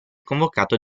convocato